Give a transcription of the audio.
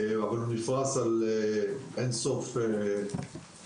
אבל הוא נפרס על אין-סוף אתגרים.